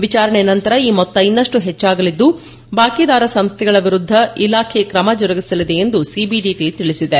ವಿಚಾರಣೆ ನಂತರ ಈ ಮೊತ್ತ ಇನ್ತಷ್ಟು ಹೆಚ್ಚಾಗಲಿದ್ದು ಬಾಕಿದಾರ ಸಂಸ್ಥೆಗಳ ವಿರುದ್ದ ಇಲಾಖೆ ಕ್ರಮ ಜರುಗಿಸಲಿದೆ ಎಂದು ಸಿಬಿಡಿಟಿ ತಿಳಿಸಿದೆ